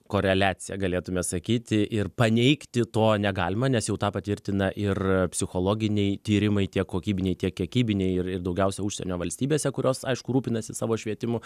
koreliacija galėtume sakyti ir paneigti to negalima nes jau tą patvirtina ir psichologiniai tyrimai tiek kokybiniai tiek kiekybiniai ir ir daugiausia užsienio valstybėse kurios aišku rūpinasi savo švietimu